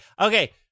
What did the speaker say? Okay